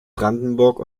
brandenburg